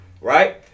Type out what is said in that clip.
right